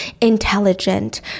intelligent